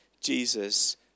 Jesus